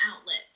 outlet